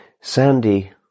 Sandy